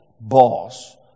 boss